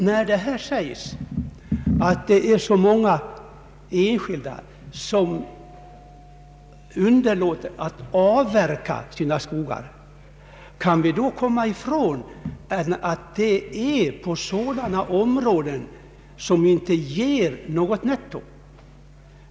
När det här sägs att det är så många enskilda som underlåter att avverka sina skogar, kan vi då komma ifrån att detta gäller på sådana områden som inte ger något netto?